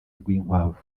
rwinkwavu